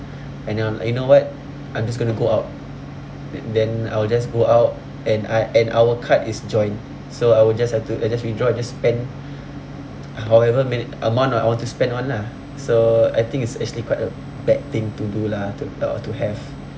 and then I'm like you know what I'm just gonna go out then I will just go out and I and our card is joint so I will just have to I just withdraw I just spend however many amount that I want to spend on lah so I think it's actually quite a bad thing to do lah to or to have